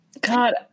God